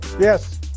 Yes